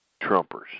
Trumpers